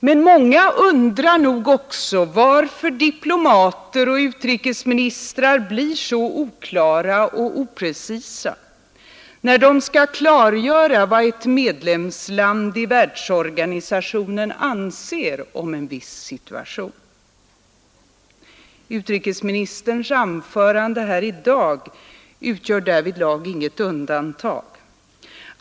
Men många undrar nog varför diplomater och utrikesministrar blir så oklara och oprecisa, när de skall klargöra vad ett medlemsland i världsorganisationen anser om en viss situation. Utrikesministerns anförande här i dag utgör därvidlag inget undantag.